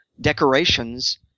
decorations